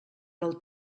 del